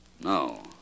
No